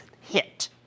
hit